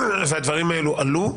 והדברים האלה עלו.